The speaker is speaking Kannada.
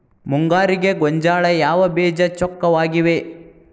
ಮುಂಗಾರಿಗೆ ಗೋಂಜಾಳ ಯಾವ ಬೇಜ ಚೊಕ್ಕವಾಗಿವೆ?